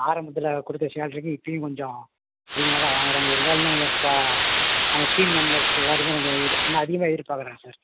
ஆரம்பத்தில் கொடுத்த சேல்ரிக்கும் இப்பயும் கொஞ்சம் அதிகமாக தான் வாங்கறாங்க இருந்தாலும் இன்னும் கொஞ்சம் ப அவங்க டீம் மெம்பெர்ஸ் எல்லாருமே கொஞ்சம் இன்னும் அதிகமாக எதிர்பார்க்கறாங்க சார்